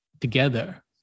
together